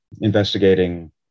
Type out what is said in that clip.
investigating